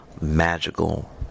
magical